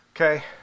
Okay